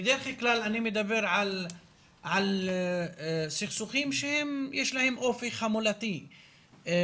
בדרך כלל אני מדבר על סכסוכים שיש להם אופי חמולתי ואז